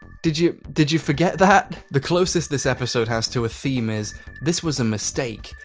did you did you forget that? the closest this episode has to a theme is this was a mistake,